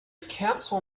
council